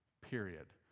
period